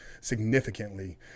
significantly